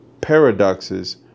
paradoxes